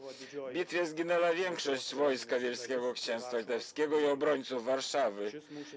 W bitwie zginęła większość wojska Wielkiego Księstwa Litewskiego i obrońców Warszawy.